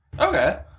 okay